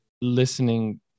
listening